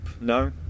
no